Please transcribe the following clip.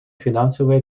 финансовые